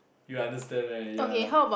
you understand right ya